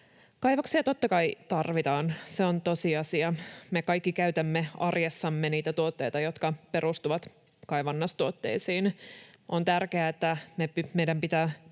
Kaivoksia totta kai tarvitaan. Se on tosiasia. Me kaikki käytämme arjessamme niitä tuotteita, jotka perustuvat kaivannaistuotteisiin. On tärkeää, että meidän pitää